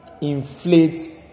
inflate